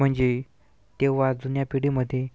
म्हणजे तेव्हा जुन्या पिढीमध्ये